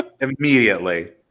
immediately